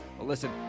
listen